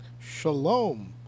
Shalom